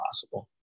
possible